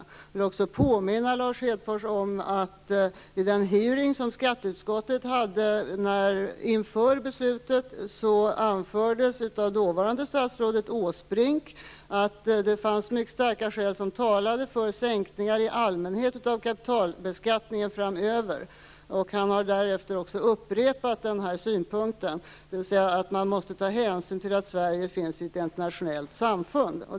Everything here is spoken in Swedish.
Jag vill vidare påminna Lars Hedfors om att det vid den hearing som skatteutskottet hade inför beslutet anfördes av dåvarande statsrådet Åsbrink att det fanns mycket starka skäl som talade för sänkningar i allmänhet av kapitalbeskattningen framöver. Han har därefter upprepat denna synpunkt, dvs. att han sagt att man måste ta hänsyn till att Sverige finns i ett internationellt samfund.